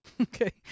Okay